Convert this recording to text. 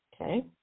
okay